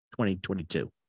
2022